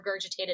regurgitated